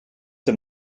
hem